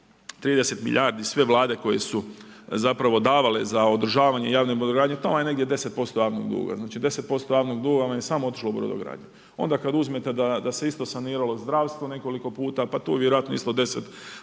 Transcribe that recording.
30 milijardi sve vlade koje su zapravo davale za održavanje javne brodogradnje, tamo je 10% javnog duga, znači 10% javnog duga vam je samo otišlo u brodogradnju. Onda kad uzmete da se isto saniralo zdravstvo nekoliko puta, pa tu je vjerojatno isto 10 do